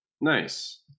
Nice